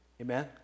Amen